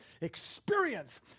experience